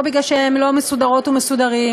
או משום שהם לא מסודרות או מסודרים,